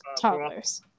toddlers